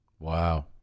wow